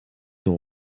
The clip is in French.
son